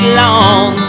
long